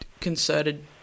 concerted